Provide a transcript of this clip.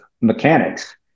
mechanics